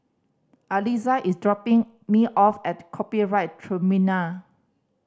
Aliza is dropping me off at Copyright Tribunal